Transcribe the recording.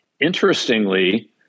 interestingly